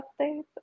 updates